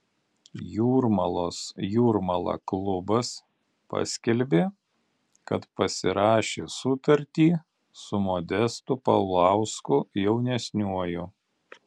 jūrmalos jūrmala klubas paskelbė kad pasirašė sutartį su modestu paulausku jaunesniuoju